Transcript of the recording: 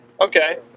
Okay